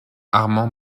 armand